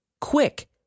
Quick